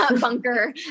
bunker